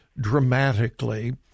dramatically